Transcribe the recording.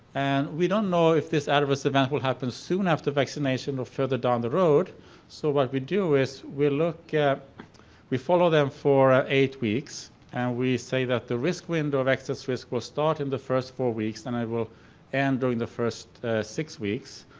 and we don't know if this adverse event will happen soon after vaccination or further down the road so what we do is we look at we follow them for ah eight weeks and we say that the risk window of access risk will start in the first four weeks and it will end and during the first six weeks.